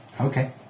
Okay